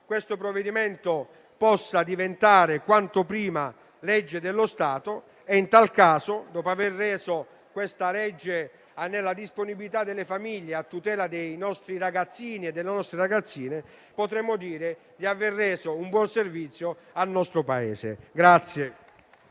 questo provvedimento possa diventare quanto prima legge dello Stato e in tal caso, dopo averla messa nella disponibilità delle famiglie, a tutela dei nostri ragazzini e delle nostre ragazzine, potremo dire di aver reso un buon servizio al nostro Paese.